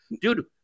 dude